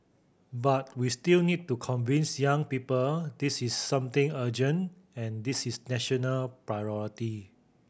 but we still need to convince young people this is something urgent and this is national priority